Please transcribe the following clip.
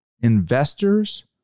investors